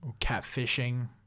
Catfishing